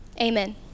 amen